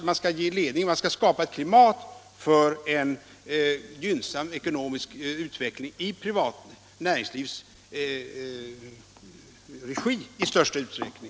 Man skall ge ledning och skapa ett klimat för en gynnsam ekonomisk utveckling i det privata näringslivets regi i största utsträckning.